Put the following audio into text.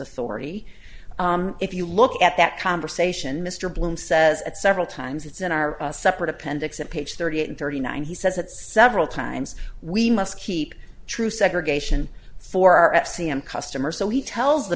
authority if you look at that conversation mr bloom says at several times it's in our separate appendix at page thirty eight and thirty nine he says that several times we must keep true segregation for our s c m customers so he tells the